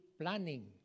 planning